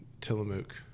Tillamook